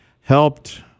helped